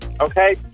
Okay